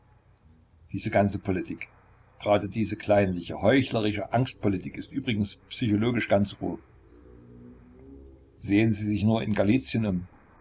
diese ganze politik grade diese kleinliche heuchlerische angstpolitik ist übrigens psychologisch ganz roh sehen sie sich nur in galizien um